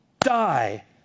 die